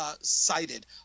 cited